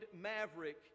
maverick